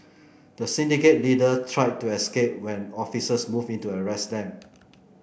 the syndicate leader tried to escape when officers moving to arrest them